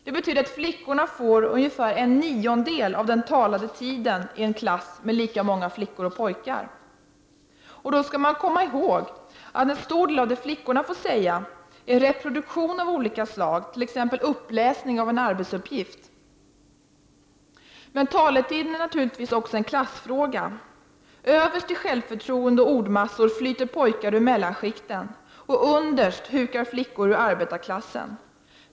Det betyder att flickorna får ungefär en niondel av den talade tiden i en klass där flickorna är lika många som pojkarna, och då skall man komma ihåg att en stor del av det som flickorna får säga är olika slag av reproduktion. Det kan t.ex. vara en uppläsning av en arbetsuppgift. Men taletiden är naturligtvis också en klassfråga. Överst i fråga om självförtroende och ordmassor flyter pojkar ur mellanskikten och underst hukar flickor ur arbetarklassen.